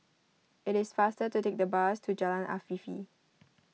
it is faster to take the bus to Jalan Afifi